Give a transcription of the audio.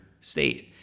state